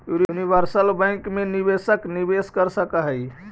universal bank मैं निवेशक निवेश कर सकऽ हइ